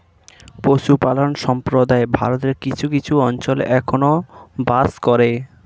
পশুপালক সম্প্রদায় ভারতের কিছু কিছু অঞ্চলে এখনো বাস করে